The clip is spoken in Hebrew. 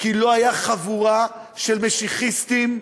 כי לא הייתה חבורה של משיחיסטים,